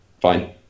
fine